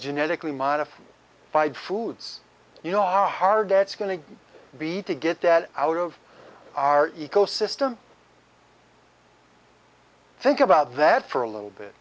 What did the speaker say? genetically modified by foods you know how hard it's going to be to get that out of our ecosystem think about that for a little bit